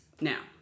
Now